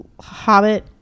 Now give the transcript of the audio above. Hobbit